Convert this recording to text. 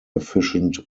efficient